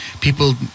people